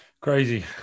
Crazy